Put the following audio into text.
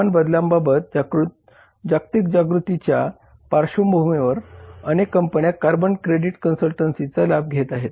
हवामान बदलांबाबत जागतिक जागृतीच्या पार्श्वभूमीवर अनेक कंपन्या कार्बन क्रेडिट कन्सल्टन्सीचा लाभ घेत आहेत